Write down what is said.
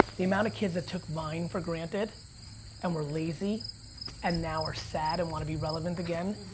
they amount of kids that took vine for granted and were lazy and now are sad and wanna be relevant again,